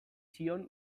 zioen